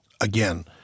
again